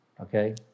Okay